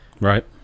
Right